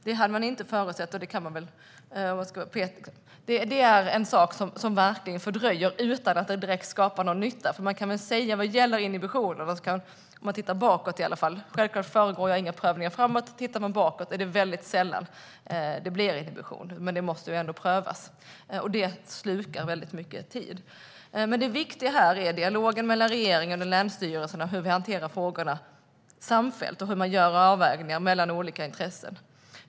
Det hade man inte förutsett, men det är en sak som fördröjer handläggningen utan att den direkt skapar någon nytta. Om man tittar bakåt är det väldigt sällan som det blir en inhibition, men frågan måste ändå prövas, och det slukar väldigt mycket tid. Det viktiga här är dialogen mellan regeringen och länsstyrelserna, hur man hanterar frågorna samfällt och hur man gör avvägningar mellan olika intressen.